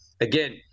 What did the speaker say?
Again